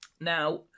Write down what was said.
Now